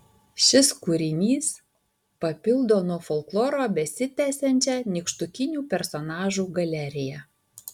šis kūrinys papildo nuo folkloro besitęsiančią nykštukinių personažų galeriją